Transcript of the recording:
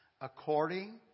according